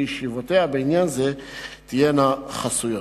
וישיבותיה בעניין זה תהיינה חסויות.